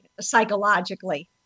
psychologically